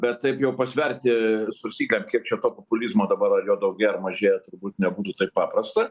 bet taip jau pasverti svarstyklėm kiek čia to populizmo dabar ar jo daugiau mažėja turbūt nebūtų taip paprasta